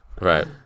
Right